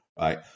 right